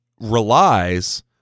relies